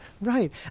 right